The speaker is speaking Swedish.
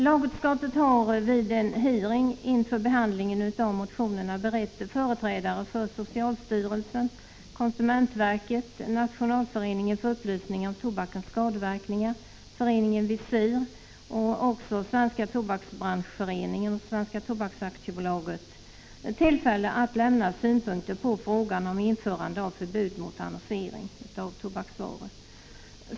Lagutskottet har vid en hearing inför behandlingen av motionerna berett företrädare för socialstyrelsen, konsumentverket, Nationalföreningen för upplysning om tobakens skadeverkningar, Föreningen Visir, Svenska tobaksbranschföreningen och Svenska Tobaks AB tillfälle att lämna synpunkter på frågan om införande av förbud mot annonsering av tobaksvaror.